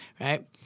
right